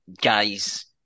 guys